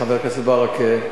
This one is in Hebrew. חבר הכנסת ברכה,